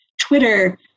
Twitter